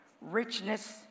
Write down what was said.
richness